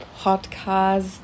Podcast